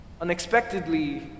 Unexpectedly